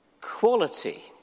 quality